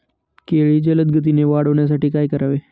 केळी जलदगतीने वाढण्यासाठी काय करावे?